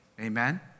Amen